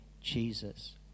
Jesus